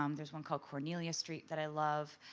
um there is one called cornelia street that i love